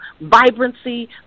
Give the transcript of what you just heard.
vibrancy